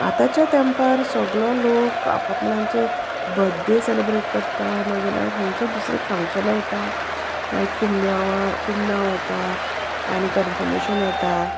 आतांच्या तेंपार सोगलो लोक आप आपणांचे बर्थडे सेलेब्रेट करता नाजाल्या खुंयची दुसरी फंक्शनां येता लायक कुमण्यावां कुमणांव येता आनी कन्फर्मेशन येता